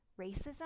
racism